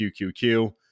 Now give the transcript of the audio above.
QQQ